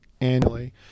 annually